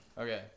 okay